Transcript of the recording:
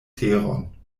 teron